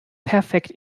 perfekt